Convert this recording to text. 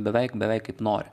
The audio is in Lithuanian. beveik beveik kaip nori